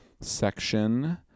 section